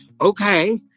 Okay